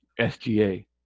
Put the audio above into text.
SGA